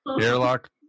Airlock